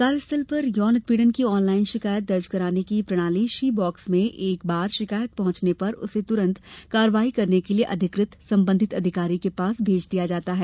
कार्यस्थल पर यौन उत्पीड़न की ऑनलाइन शिकायत दर्ज करने की प्रणाली शी बॉक्स में एक बार शिकायत पहुंचने पर उसे तुरंत कार्रवाई करने के लिए अधिकृत संबंधित अधिकारी के पास भेज दिया जाता है